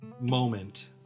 moment